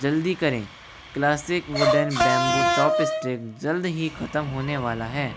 जल्दी करें classic wooden bamboo chopstick जल्द ही खत्म होने वाला है